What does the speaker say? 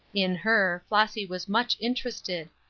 in her, flossy was much interested,